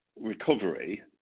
recovery